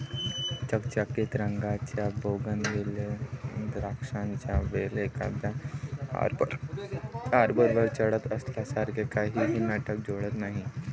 चकचकीत रंगाच्या बोगनविले द्राक्षांचा वेल एखाद्या आर्बरवर चढत असल्यासारखे काहीही नाटक जोडत नाही